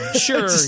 Sure